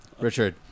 Richard